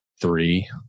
Three